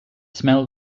smell